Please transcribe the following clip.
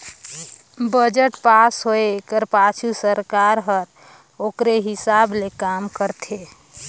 budget pass होए कर पाछू सरकार हर ओकरे हिसाब ले काम करथे